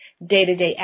day-to-day